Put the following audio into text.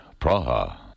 Praha